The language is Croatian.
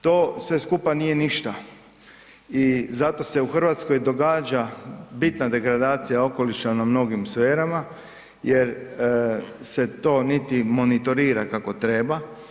To sve skupa nije ništa i zato se u Hrvatskoj događa bitna degradacija okoliša na mnogim sferama jer se to niti monitorira kako treba.